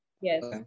yes